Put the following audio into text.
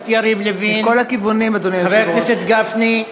חבר הכנסת יריב לוין, חבר הכנסת גפני,